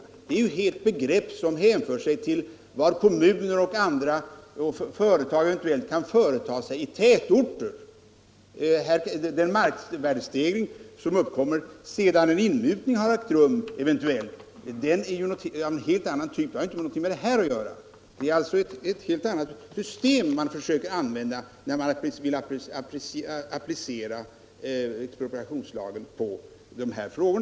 Markvärdestegring är ju ett begrepp som hänför sig till vad kommuner och företag eventuellt kan företa sig i tätorter. Den markvärdestegring som uppkommer sedan en inmutning eventuellt har ägt rum är av en helt annan typ och har inte någonting med denna sak att göra. Det är alltså ett helt annat system som man försöker använda när man vill applicera expropriationslagen på dessa frågor.